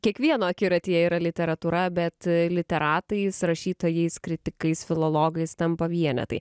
kiekvieno akiratyje yra literatūra bet literatais rašytojais kritikais filologais tampa vienetai